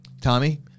Tommy